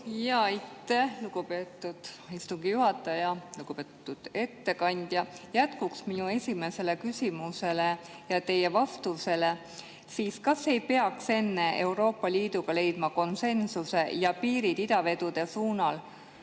Aitäh, lugupeetud istungi juhataja! Lugupeetud ettekandja! Jätkuks minu esimesele küsimusele ja teie vastusele: kas ei peaks enne Euroopa Liiduga leidma konsensuse ja piirid idavedude suunal